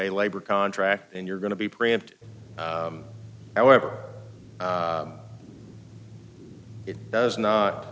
a labor contract and you're going to be preempted however it does not